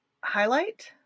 highlight